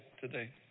today